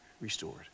restored